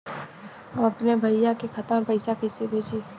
हम अपने भईया के खाता में पैसा कईसे भेजी?